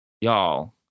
y'all